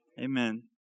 amen